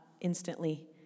instantly